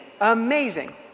amazing